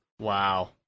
Wow